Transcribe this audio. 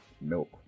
milk